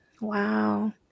Wow